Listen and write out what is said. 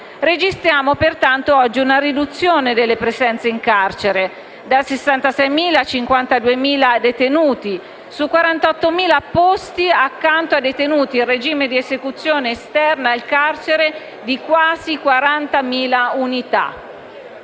Registriamo oggi, pertanto, una riduzione delle presenze in carcere da 66.000 a 52.000 detenuti, su 48.000 posti, accanto ad un numero di detenuti in regime di esecuzione esterne al carcere, di quasi 40.000 unità,